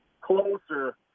closer –